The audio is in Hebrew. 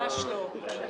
ממש לא.